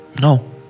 No